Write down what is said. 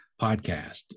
podcast